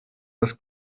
das